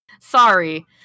Sorry